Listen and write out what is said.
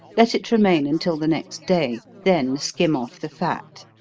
let it remain until the next day, then skim off the fat.